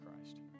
Christ